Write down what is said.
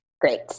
Great